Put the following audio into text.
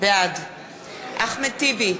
בעד אחמד טיבי,